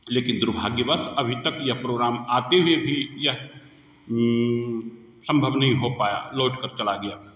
लेकिन दुर्भाग्यवश अभी तक यह प्रोग्राम आते हुए भी यह संभव नहीं हो पाया लौट कर चला गया